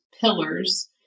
pillars